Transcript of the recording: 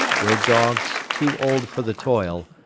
where dogs, too old for the toil,